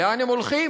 לאן הם הולכים,